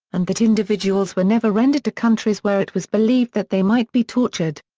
and that individuals were never rendered to countries where it was believed that they might be tortured.